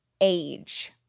age